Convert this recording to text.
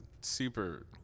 super